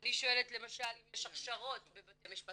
ואני שואלת למשל אם יש הכשרות בבתי משפט.